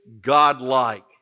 Godlike